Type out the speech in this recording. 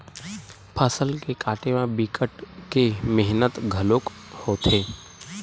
फसल ल काटे म बिकट के मेहनत घलोक होथे